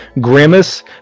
grimace